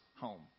home